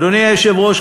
אדוני היושב-ראש,